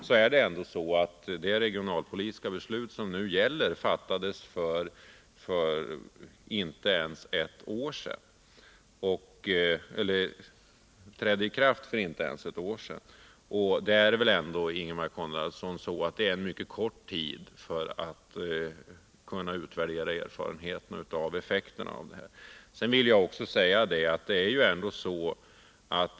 Det är emellertid inte ens ett år sedan som det regionalpolitiska beslut som nu gäller trädde i kraft, och det är väl ändå, Ingemar Konradsson, en mycket kort tid för att effekterna av det skall kunna utvärderas.